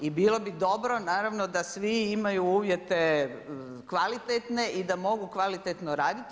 I bilo bi dobro naravno da svi imaju uvjete kvalitetne i da mogu kvalitetno raditi.